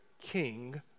King